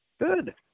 Good